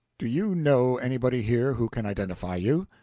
do you know anybody here who can identify you?